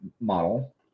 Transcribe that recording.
model